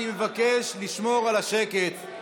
אני מבקש לשמור על השקט,